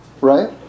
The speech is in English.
Right